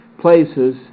places